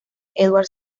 edwards